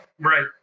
Right